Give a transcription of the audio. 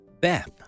Beth